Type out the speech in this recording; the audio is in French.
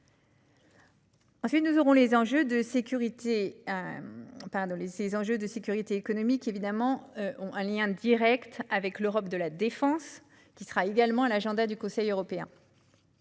sensibles. Troisièmement, ces enjeux de sécurité économique ont un lien direct avec l'Europe de la défense, qui sera également à l'agenda du Conseil européen.